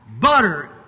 butter